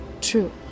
True